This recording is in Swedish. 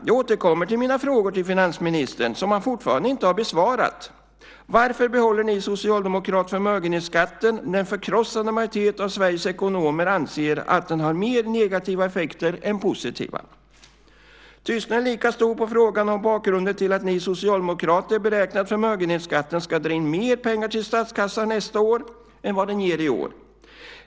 Jag återkommer till mina frågor till finansministern, som han fortfarande inte har besvarat. Varför behåller ni socialdemokrater förmögenhetsskatten när en förkrossande majoritet av Sveriges ekonomer anser att den har mer negativa effekter än positiva? Tystnaden är lika stor på frågan om bakgrunden till att ni socialdemokrater beräknar att förmögenhetsskatten ska dra in mer pengar till statskassan nästa år än vad den gör i år.